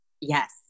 yes